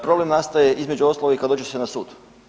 Problem nastaje između ostaloga i kada dođe se na sud.